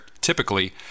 typically